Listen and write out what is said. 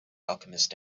alchemist